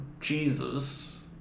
Jesus